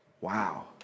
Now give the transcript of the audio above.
Wow